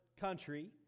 country